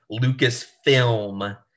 Lucasfilm